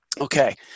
Okay